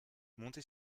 monter